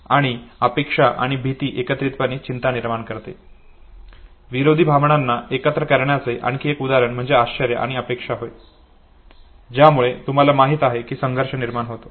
आणि अपेक्षा आणि भीती एकत्रितपणे चिंता निर्माण करते विरोधी भावनांना एकत्र करण्याचे आणखी एक उदाहरण म्हणजे आश्चर्य आणि अपेक्षा होय ज्यामुळे तुम्हाला माहीत आहे कि संघर्ष निर्माण होतो